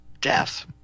death